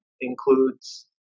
includes